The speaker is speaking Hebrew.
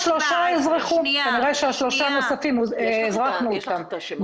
כנראה שהשלושה הנוספים, אזרחנו אותם.